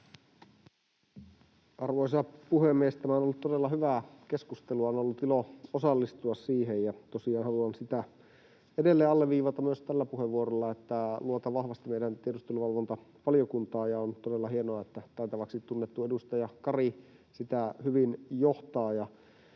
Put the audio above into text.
Arvoisa puhemies! Tämä on ollut todella hyvää keskustelua. On ollut ilo osallistua siihen, ja tosiaan haluan sitä edelleen alleviivata myös tällä puheenvuorolla, että luotan vahvasti meidän tiedusteluvalvontavaliokuntaan, ja on todella hienoa, että taitavaksi tunnettu edustaja Kari sitä hyvin johtaa